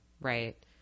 right